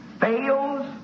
fails